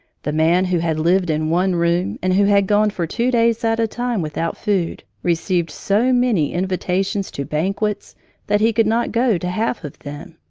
the man who had lived in one room and who had gone for two days at a time without food received so many invitations to banquets that he could not go to half of them.